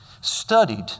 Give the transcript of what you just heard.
studied